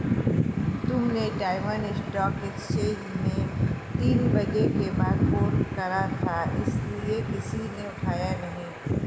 तुमने Taiwan stock exchange में तीन बजे के बाद फोन करा था इसीलिए किसी ने उठाया नहीं